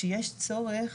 שיש צורך